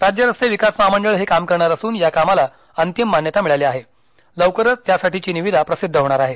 राज्य रस्ते विकास महामंडळ हे काम करणार असून या कामाला अंतिम मान्यता मिळाली आहे लवकरच त्यासाठीची निविदा प्रसिद्ध होणार आहे